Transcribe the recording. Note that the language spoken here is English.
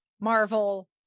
marvel